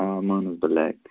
مانسبل لیک تہِ چھُ